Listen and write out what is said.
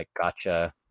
gotcha